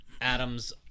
Adams